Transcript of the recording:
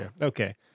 Okay